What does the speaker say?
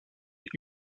est